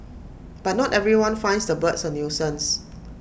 but not everyone finds the birds A nuisance